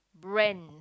brand